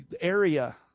area